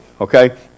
Okay